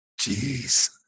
Jeez